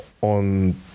on